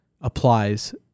applies